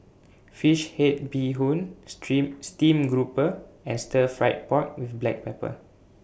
Fish Head Bee Hoon Stream Steam Grouper and Stir Fried Pork with Black Pepper